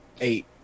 eight